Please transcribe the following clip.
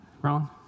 Ron